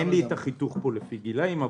אין לי פה החיתוך לפי גילאים.